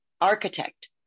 Architect